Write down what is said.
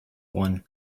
one